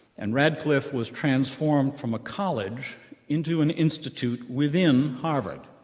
and radcliffe was transformed from a college into an institute within harvard,